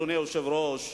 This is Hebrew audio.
אדוני היושב-ראש,